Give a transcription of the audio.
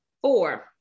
four